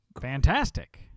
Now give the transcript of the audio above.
fantastic